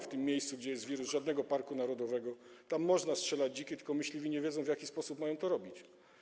W miejscu, gdzie jest wirus, nie ma żadnego parku narodowego, tam można strzelać do dzików, tylko myśliwi nie wiedzą, w jaki sposób mają to robić.